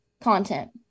content